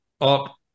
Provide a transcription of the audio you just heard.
up